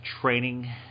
training